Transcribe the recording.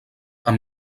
amb